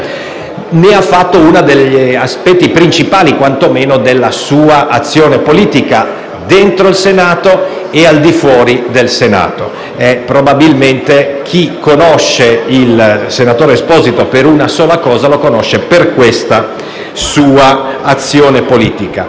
attribuito - uno degli aspetti principali della sua azione politica, all'interno e al di fuori del Senato e probabilmente chi conosce il senatore Esposito per una sola cosa, lo conosce per questa sua azione politica.